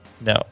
no